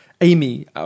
Amy